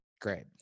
Great